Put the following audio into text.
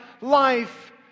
life